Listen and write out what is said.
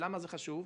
למה זה חשוב?